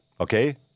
Okay